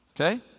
okay